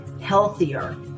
healthier